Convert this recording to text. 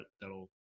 that'll